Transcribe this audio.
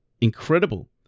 Incredible